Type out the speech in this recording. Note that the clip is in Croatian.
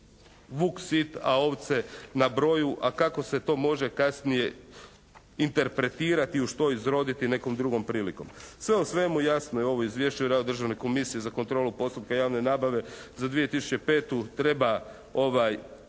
vuk sit, a ovce na broju. A kako se to može kasnije interpretirati, u što izroditi nekom drugom prilikom? Sve u svemu, jasno je ovo izvješće o radu Državne komisije za kontrolu postupka javne nabave za 2005. treba